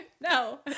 No